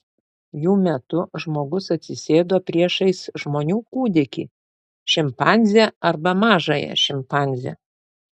jų metu žmogus atsisėdo priešais žmonių kūdikį šimpanzę arba mažąją šimpanzę